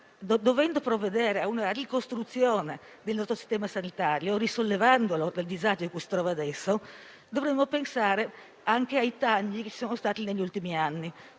Dovendo provvedere a una ricostruzione del nostro sistema sanitario, risollevandolo dal disagio in cui si trova adesso, dovremmo pertanto pensare anche ai tagli che ci sono stati negli ultimi anni.